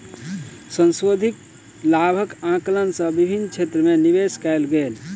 संशोधित लाभक आंकलन सँ विभिन्न क्षेत्र में निवेश कयल गेल